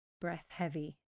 breath-heavy